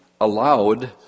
allowed